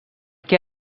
què